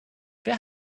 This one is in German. wer